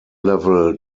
level